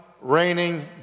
reigning